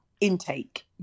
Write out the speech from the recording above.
intake